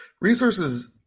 resources